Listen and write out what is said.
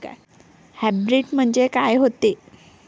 Hybrid म्हनजे का होते?